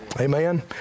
Amen